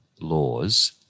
laws